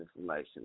information